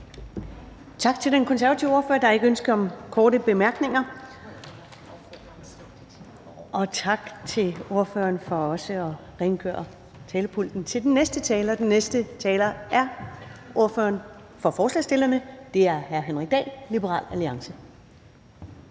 Tak til den konservative ordfører. Der er ikke ønske om korte bemærkninger – og tak til ordføreren for også at rengøre talerpulten til den næste taler. Den næste taler er ordføreren for forslagsstillerne, hr. Henrik Dahl, Liberal Alliance.